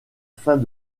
fin